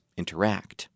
interact